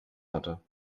hatte